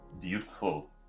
Beautiful